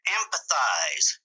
empathize